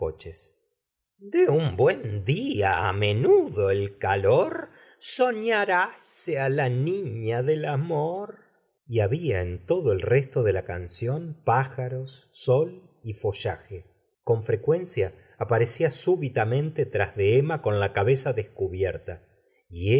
de un buen día á menudo el calor soñar hace á la niña de amor y babia en todo el resto de la canción pájaros sol y follaje con frecuencia aparecía súbitamente tras de emma con la cabeza descubierta